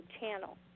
channel